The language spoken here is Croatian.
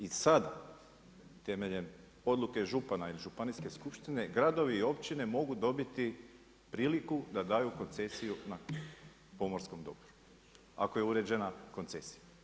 I sad temeljem odluke župana ili Županijske skupštine gradovi i općine mogu dobiti priliku da daju koncesiju na pomorskom dobru ako je uređena koncesija.